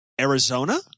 Arizona